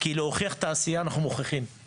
כי להוכיח את העשייה, אנחנו מוכיחים.